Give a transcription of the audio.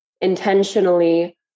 intentionally